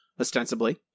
ostensibly